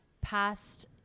past